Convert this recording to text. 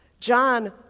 John